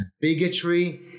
bigotry